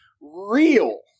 real